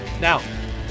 Now